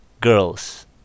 girls